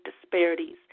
disparities